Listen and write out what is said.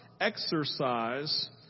exercise